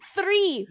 Three